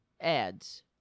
ads